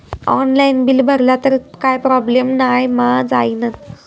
Online bill भरला तर काय प्रोब्लेम नाय मा जाईनत?